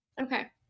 Okay